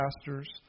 pastors